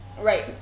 Right